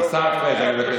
אף אחד.